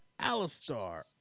Alistar